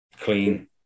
Clean